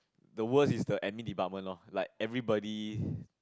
the worst is the admin department loh like everybody